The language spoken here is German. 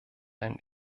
ein